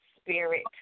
spirit